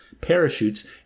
parachutes